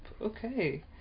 Okay